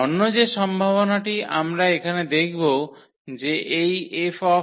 অন্য যে সম্ভাবনাটি আমরা এখানে দেখব যে এই 𝐹st